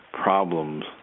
Problems